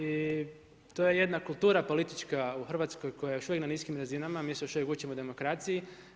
I to je jedna kultura politička u Hrvatskoj koja je još uvijek na niskim razinama, mi se još uvijek učimo demokraciji.